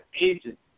agent